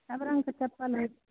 सब रङ्गके चप्पल होइत छै